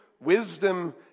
wisdom